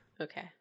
Okay